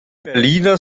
berliner